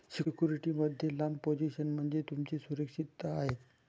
security मध्ये लांब position म्हणजे तुमची सुरक्षितता आहे